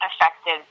Affected